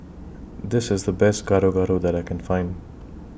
This IS The Best Gado Gado that I Can Find